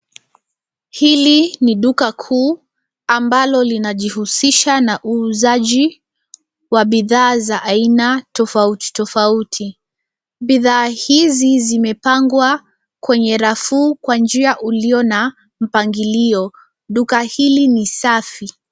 Hili ni duka kuu ambalo linajihusisha na uuzaji wa bidhaa za aina tofauti, tofauti. Bidhaa hizi zimepangwa kwenye rafu kwa njia uliyo na mpangilio. Duka hili ni safi.